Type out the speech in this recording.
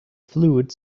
fluid